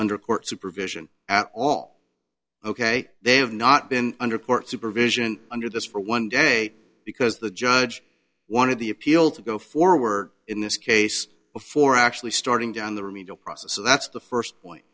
under court supervision at all ok they have not been under court supervision under this for one day because the judge wanted the appeal to go forward in this case before actually starting down the remedial process so that's the first point